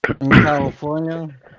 California